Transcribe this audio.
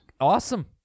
Awesome